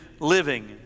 living